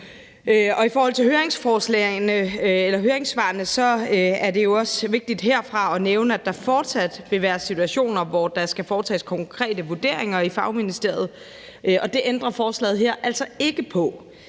I forhold til høringssvarene er det jo også vigtigt herfra at nævne, at der fortsat vil være situationer, hvor der skal foretages konkrete vurderinger i fagministeriet, og det ændrer forslaget her altså ikke på.